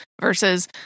versus